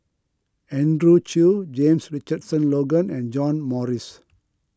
Andrew Chew James Richardson Logan and John Morrice